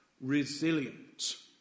resilient